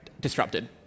disrupted